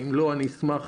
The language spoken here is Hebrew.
אני אשמח